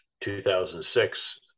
2006